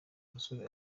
musore